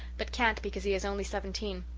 but can't because he is only seventeen.